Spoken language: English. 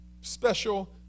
special